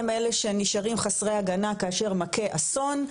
הם אלה שנשארים חסרי הגנה כאשר מכה אסון,